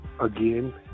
again